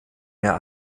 mehr